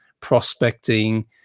prospecting